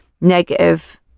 negative